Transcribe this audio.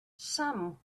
some